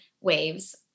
waves